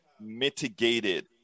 mitigated